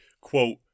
quote